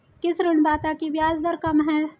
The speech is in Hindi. किस ऋणदाता की ब्याज दर कम है?